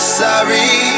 sorry